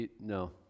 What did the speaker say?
no